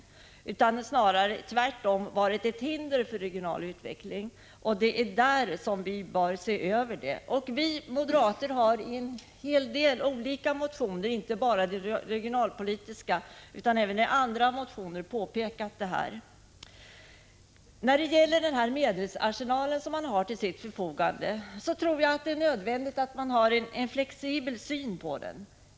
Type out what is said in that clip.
De har snarare varit ett hinder för regional utveckling, och det är där vi behöver en översyn. Vi moderater har i en hel del olika motioner, inte bara de regionalpolitiska utan även i andra motioner, påpekat detta förhållande. När det gäller den medelsarsenal man har till sitt förfogande är det nödvändigt att ha en flexibel syn.